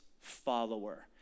follower